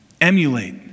emulate